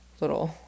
little